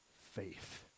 faith